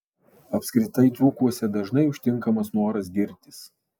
apskritai dzūkuose dažnai užtinkamas noras girtis